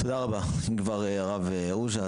תודה רבה, דבר הרב רוז'ה.